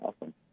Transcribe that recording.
Awesome